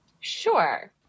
Sure